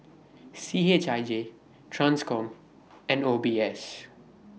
C H I J TRANSCOM and O B S